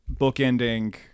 bookending